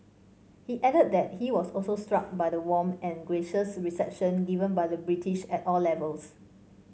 he added that he was also struck by the warm and gracious reception given by the British at all levels